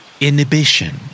Inhibition